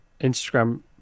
Instagram